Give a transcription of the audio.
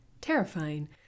terrifying